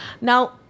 Now